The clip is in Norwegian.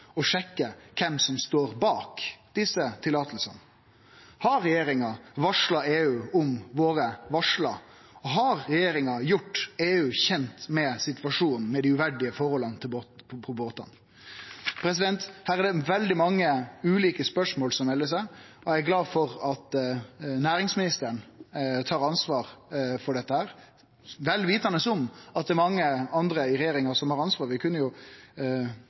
å sjekke kven som står bak desse løyva. Har regjeringa varsla EU om våre varsel? Har regjeringa gjort EU kjend med situasjonen med dei uverdige forholda på båtane? Her er det veldig mange ulike spørsmål som melder seg. Eg er glad for at næringsministeren tar ansvar for dette, vel vitande om at det er mange andre i regjeringa som har ansvar. Ein kunne jo